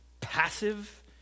passive